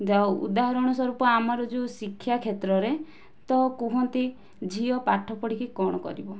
ଯେଉଁ ଉଦାହରଣ ସ୍ୱରୂପ ଆମର ଯେଉଁ ଶିକ୍ଷା କ୍ଷେତ୍ରରେ ତ କୁହନ୍ତି ଝିଅ ପାଠ ପଢ଼ିକି କଣ କରିବ